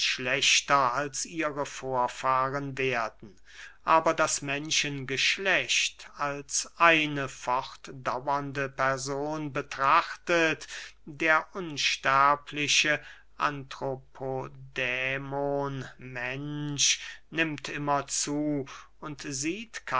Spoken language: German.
schlechter als ihre vorfahren werden aber das menschengeschlecht als eine fortdauernde person betrachtet der unsterbliche anthropodämon mensch nimmt immer zu und sieht